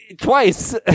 Twice